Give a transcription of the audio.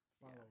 follow